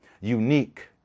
Unique